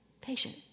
patient